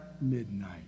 midnight